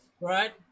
right